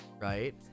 right